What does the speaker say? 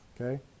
Okay